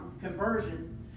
conversion